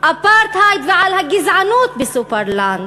האפרטהייד ועל הגזענות ב"סופרלנד",